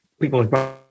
people